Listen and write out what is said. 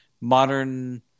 modern